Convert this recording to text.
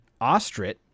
Ostrit